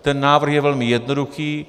Ten návrh je velmi jednoduchý.